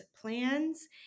plans